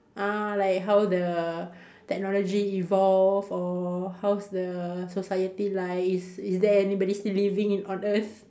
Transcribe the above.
uh like how the technology evolve or how's the society like is is there anybody still living in on earth